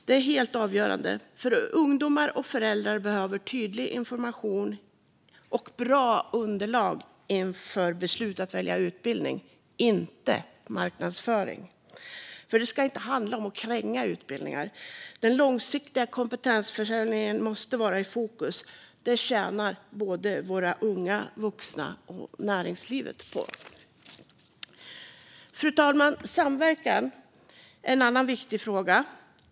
Det är helt avgörande. Ungdomar och föräldrar behöver tydlig information och bra underlag inför beslutet när man ska välja utbildning. De behöver inte marknadsföring. Det ska inte handla om att kränga utbildningar. Den långsiktiga kompetensförsörjningen måste vara i fokus. Det tjänar både våra unga vuxna och näringslivet på. Fru talman! Samverkan är en annan viktig fråga.